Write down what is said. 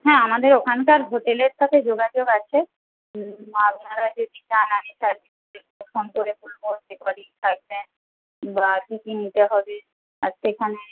হ্যাঁ আমাদের ওখানকার হোটেলের সাথে যোগাযোগ আছে আপনারা যদি চান আমি তাহলে ফোন করে বলব যে কদিন থাকবেন বা কী কী নিতে হবে আর সেখানে